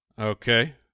Okay